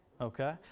Okay